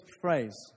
phrase